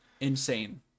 Insane